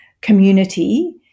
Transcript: Community